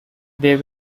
they